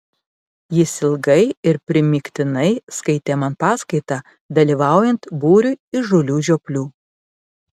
jis ilgai ir primygtinai skaitė man paskaitą dalyvaujant būriui įžūlių žioplių